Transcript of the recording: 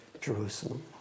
Jerusalem